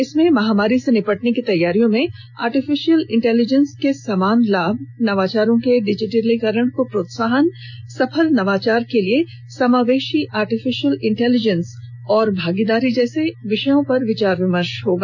इसमें महामारी से निपटने की तैयारियों में आर्टिफिशियल इंटेलिजेंस का समान लाभ नवाचारों के डिजिटीकरण को प्रोत्साहन सफल नवाचार के लिए समावेशी आर्टिफिशियल इंटेलिजेंस और भागीदारी जैसे विषयों पर विचार विमर्श होगा